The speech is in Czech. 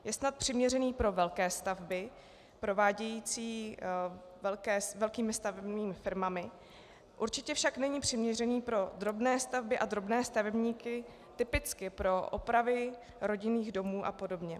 Je snad přiměřený pro velké stavby prováděné velkými stavebními firmami, určitě však není přiměřený pro drobné stavby a drobné stavebníky, typicky pro opravy rodinných domů a podobně.